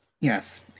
Yes